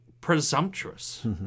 presumptuous